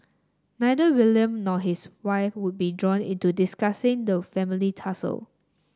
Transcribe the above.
neither William nor his wife would be drawn into discussing the family tussle